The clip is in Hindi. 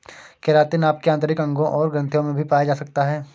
केरातिन आपके आंतरिक अंगों और ग्रंथियों में भी पाया जा सकता है